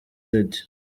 lydie